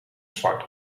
zwart